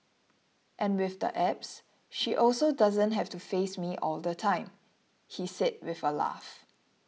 and with the apps she also doesn't have to face me all the time he said with a laugh